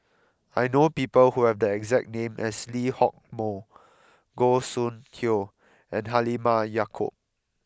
I know people who have the exact name as Lee Hock Moh Goh Soon Tioe and Halimah Yacob